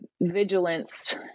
vigilance